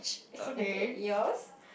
okay okay yours